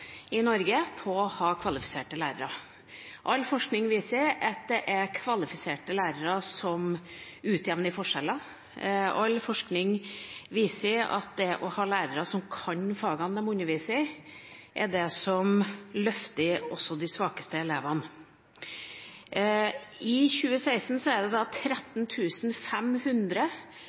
i Norge for å ha kvalifiserte lærere. All forskning viser at det er kvalifiserte lærere som utjevner forskjeller, og all forskning viser at det å ha lærere som kan fagene de underviser i, er det som løfter også de svakeste elevene. I 2016 er det